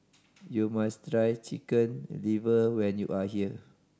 you must try Chicken Liver when you are here